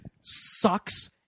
sucks